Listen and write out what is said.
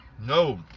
No